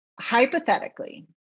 Hypothetically